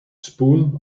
spool